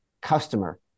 customer